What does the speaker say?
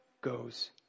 goes